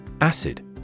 Acid